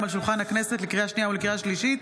הקצאת קרקעות בנגב ובגליל לחיילים משוחררים),